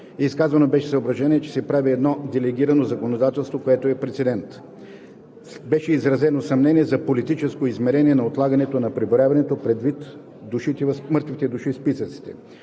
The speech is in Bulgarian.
Изказано беше съображение, че се прави едно делегирано законодателство, което е прецедент. Беше изразено съмнение за политическо измерение на отлагане на преброяването, предвид „мъртвите“ души в списъците.